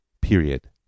period